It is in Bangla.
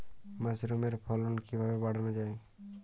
মাসরুমের ফলন কিভাবে বাড়ানো যায়?